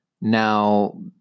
Now